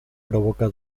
provoca